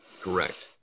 Correct